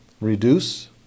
reduce